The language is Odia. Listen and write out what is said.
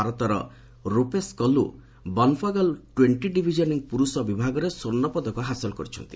ଭାରତର ରୁପେଷ୍ କଲୁ ବନ୍ପାଗଲ୍ ଟ୍ୱେଣ୍ଟି ଡିଭିଜନିଂ ପୁରୁଷ ବିଭାଗରେ ସ୍ୱର୍ଣ୍ଣପଦକ ହାସଲ କରିଛନ୍ତି